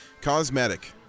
Cosmetic